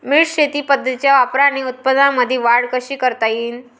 मिश्र शेती पद्धतीच्या वापराने उत्पन्नामंदी वाढ कशी करता येईन?